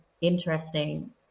interesting